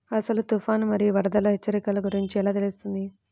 అసలు తుఫాను మరియు వరదల హెచ్చరికల గురించి ఎలా తెలుస్తుంది?